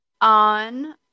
on